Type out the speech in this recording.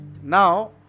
Now